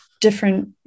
different